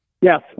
Yes